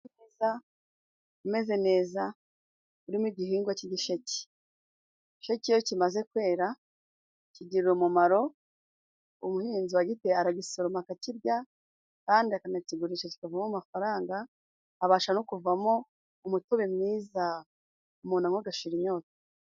Umeze neza urimo igihingwa cy'igisheke igisheke iyo kimaze kwera, kigira umumaro umuhinzi wa giteye aragisoma akakirya kandi akanakigurisha kikavamo amafaranga, abasha no kuvamo umutobe mwiza umuntu anywa agashira inyota.